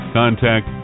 contact